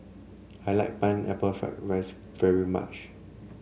I like Pineapple Fried Rice very much